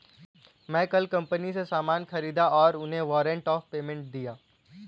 मैं कल कंपनी से सामान ख़रीदा और उन्हें वारंट ऑफ़ पेमेंट दिया